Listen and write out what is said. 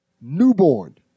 Newborn